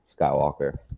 Skywalker